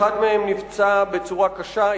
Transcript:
אחד מהם נפצע בצורה קשה,